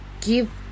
give